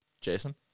Jason